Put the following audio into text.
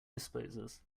disposes